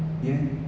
ya